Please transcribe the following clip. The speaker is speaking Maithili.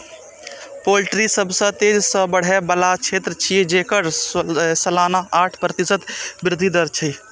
पोल्ट्री सबसं तेजी सं बढ़ै बला क्षेत्र छियै, जेकर सालाना आठ प्रतिशत वृद्धि दर छै